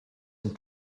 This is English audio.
and